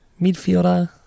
Midfielder